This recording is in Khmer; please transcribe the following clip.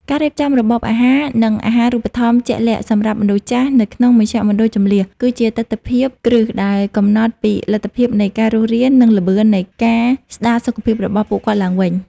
ការរៀបចំរបបអាហារ និងអាហារូបត្ថម្ភជាក់លាក់សម្រាប់មនុស្សចាស់នៅក្នុងមជ្ឈមណ្ឌលជម្លៀស គឺជាទិដ្ឋភាពគ្រឹះដែលកំណត់ពីលទ្ធភាពនៃការរស់រាន និងល្បឿននៃការស្តារសុខភាពរបស់ពួកគាត់ឡើងវិញ។